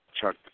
Chuck